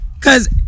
Cause